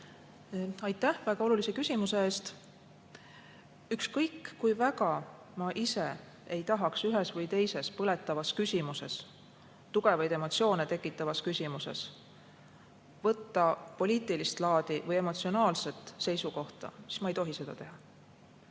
Aitäh väga olulise küsimuse eest! Ükskõik kui väga ma ise ei tahaks ühes või teises tugevaid emotsioone tekitavas küsimuses võtta poliitilist või emotsionaalset seisukohta, ma ei tohi seda teha.